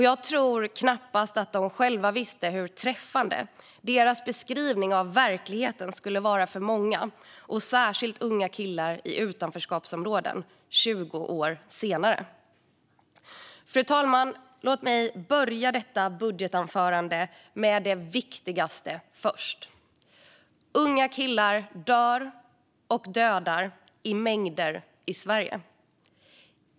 Jag tror knappast att de själva visste hur träffande deras beskrivning av verkligheten skulle vara för många, särskilt för unga killar i utanförskapsområden, 20 år senare. Fru talman! Låt mig börja detta budgetanförande med det viktigaste: Unga killar dör och dödar i mängder i Sverige.